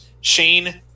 Shane